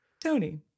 Tony